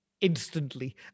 instantly